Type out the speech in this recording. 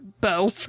bow